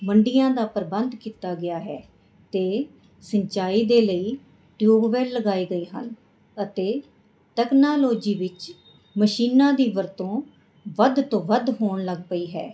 ਮੰਡੀਆਂ ਦਾ ਪ੍ਰਬੰਧ ਕੀਤਾ ਗਿਆ ਹੈ ਅਤੇ ਸਿੰਚਾਈ ਦੇ ਲਈ ਟਿਊਬਵੈੱਲ ਲਗਾਏ ਗਏ ਹਨ ਅਤੇ ਟੈਕਨਾਲੋਜੀ ਵਿੱਚ ਮਸ਼ੀਨਾਂ ਦੀ ਵਰਤੋਂ ਵੱਧ ਤੋਂ ਵੱਧ ਹੋਣ ਲੱਗ ਪਈ ਹੈ